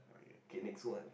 okay next one